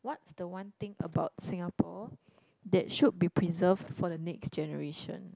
what's the one thing about Singapore that should be preserved for the next generation